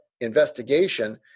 investigation